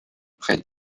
près